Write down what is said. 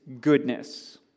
goodness